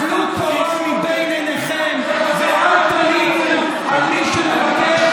טלו קורה מבין עיניכם ואל תלינו על מי שמבקש